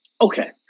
Okay